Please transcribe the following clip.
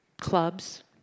clubs